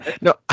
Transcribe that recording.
No